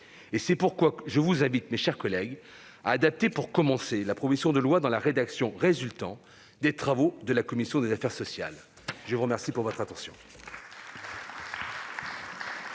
C'est pourquoi je vous invite, mes chers collègues, à adopter, pour commencer, la proposition de loi dans la rédaction résultant des travaux de la commission des affaires sociales. La parole est à Mme Colette Mélot.